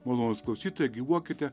malonūs klausytojai gyvuokite